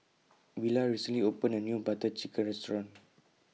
Villa recently opened A New Butter Chicken Restaurant